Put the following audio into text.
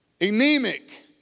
anemic